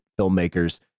filmmakers